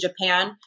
Japan